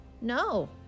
No